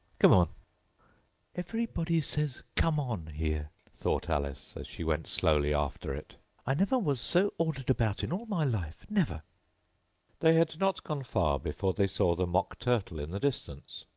come on everybody says come on! here thought alice, as she went slowly after it i never was so ordered about in all my life, never they had not gone far before they saw the mock turtle in the distance,